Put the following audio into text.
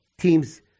teams